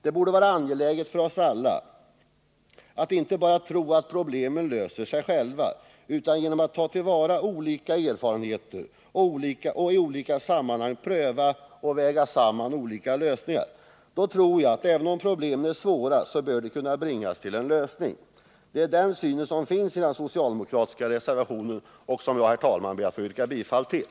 Det borde vara angeläget för oss alla att inte bara tro att problemen löser sig själva. Vi måste i stället ta till vara olika erfarenheter och i olika sammanhang pröva och väga samman olika lösningar. Då tror jag, även om problemen är svåra, att de bör kunna bringas till en lösning. Det är den synen som finns i den socialdemokratiska reservationen, som jag, herr talman, ber att få yrka bifall till.